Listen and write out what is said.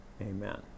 amen